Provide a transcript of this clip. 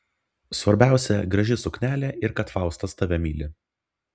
svarbiausia graži suknelė ir kad faustas tave myli